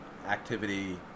Activity